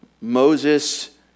Moses